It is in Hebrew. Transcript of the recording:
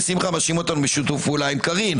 ושמחה בשיתוף פעולה עם קארין.